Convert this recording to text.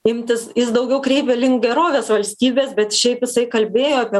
imtis jis daugiau kreipia link gerovės valstybės bet šiaip jisai kalbėjo apie